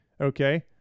okay